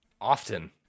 Often